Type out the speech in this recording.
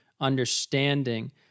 understanding